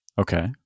Okay